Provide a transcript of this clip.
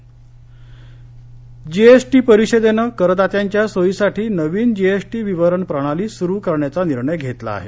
GST GST परिषदेनं करदात्यांच्या सोयीसाठी नवीन जीएसटी विवरण प्रणाली सुरु करण्याचा निर्णय घेतला आहे